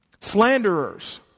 Slanderers